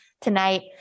Tonight